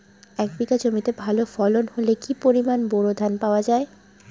এক বিঘা জমিতে ভালো ফলন হলে কি পরিমাণ বোরো ধান পাওয়া যায়?